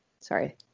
Sorry